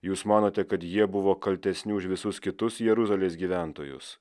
jūs manote kad jie buvo kaltesni už visus kitus jeruzalės gyventojus